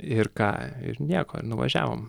ir ką ir nieko ir nuvažiavom